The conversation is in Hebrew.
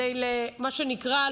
מה שנקרא,